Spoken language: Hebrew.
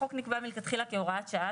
החוק נקבע מלכתחילה כהוראת שעה,